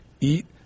Eat